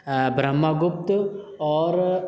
برہمہ گپت اور